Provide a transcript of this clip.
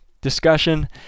discussion